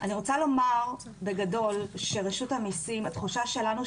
אני רוצה לומר בגדול שהתחושה שלנו,